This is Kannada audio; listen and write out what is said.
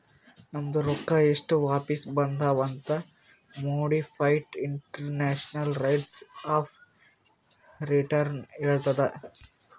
ನಮ್ದು ರೊಕ್ಕಾ ಎಸ್ಟ್ ವಾಪಿಸ್ ಬಂದಾವ್ ಅಂತ್ modified internal rates of return ಹೇಳತ್ತುದ್